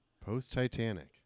Post-Titanic